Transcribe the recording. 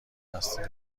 هستین